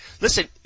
Listen